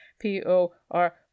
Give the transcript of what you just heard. P-O-R